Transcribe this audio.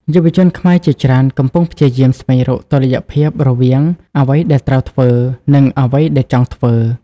យុវជនខ្មែរជាច្រើនកំពុងព្យាយាមស្វែងរកតុល្យភាពរវាង "អ្វីដែលត្រូវធ្វើ" និង "អ្វីដែលចង់ធ្វើ"។